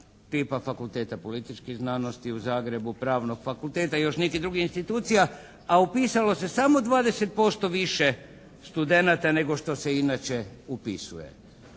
tipa Fakulteta političkih znanosti u Zagrebu, Pravnog fakulteta i još nekih drugih institucija, a upisalo se samo 20% više studenata nego što se inače upisuje.